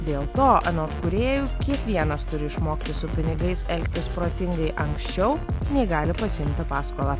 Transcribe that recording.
dėl to anot kūrėjų kiekvienas turi išmokti su pinigais elgtis protingai anksčiau nei gali pasiimti paskolą